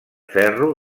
ferro